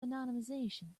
anonymisation